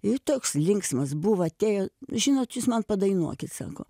ir toks linksmas buvo atėjo žinot jūs man padainuokit sako